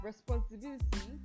Responsibility